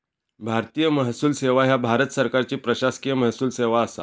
भारतीय महसूल सेवा ह्या भारत सरकारची प्रशासकीय महसूल सेवा असा